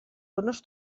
zones